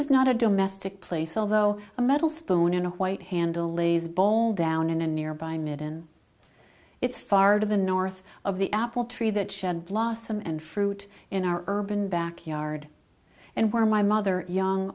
is not a domestic place although a metal spoon in a white handle leaves bowl down in a nearby midden it's far to the north of the apple tree that blossom and fruit in our urban backyard and where my mother young